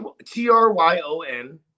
T-R-Y-O-N